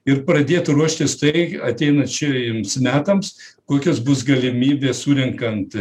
ir pradėt ruoštis tai ateinančiai ims metams kokios bus galimybė surenkant